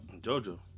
JoJo